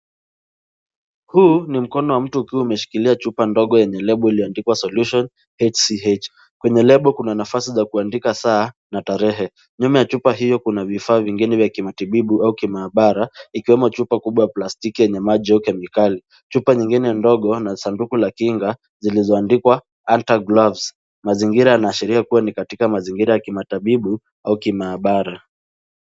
Huu ni mkono wa mtu ukiwa umeshikilia chupa dogo yenye lebol ilioandikwa Solution HCH.Kwenye lebol una nafasi za kuandika saa na tarehe, nyuma ya chupa hio kuna vifaa vingine vya kimatibibu au kimaabara ikiwemo chupa kubwa ya plastiki yenye maji au kemikali. Chupa nyingine dogo na sanduku la kinga zilizoandikwa Alter Gloves. Mazingira yanaashiria kuwa ni katika mazingira ya kimatabibu au kimaabara.